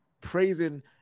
praising